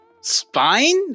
Spine